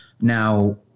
Now